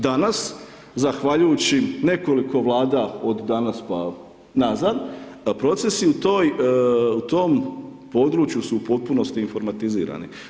Danas, zahvaljujući nekoliko Vlada od danas, pa nazad, procesi u tom području su u potpunosti informatizirani.